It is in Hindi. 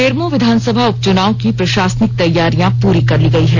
बेरमो विधानसभा उपचुनाव की प्रशासनिक तैयारियां पूरी कर ली गई है